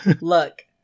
look